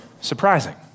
surprising